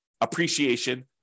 appreciation